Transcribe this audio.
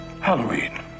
Halloween